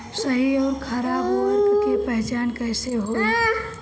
सही अउर खराब उर्बरक के पहचान कैसे होई?